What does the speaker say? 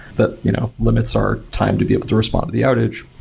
that you know limits our time to be able to respond to the outage.